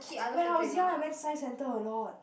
when I was young I went science centre a lot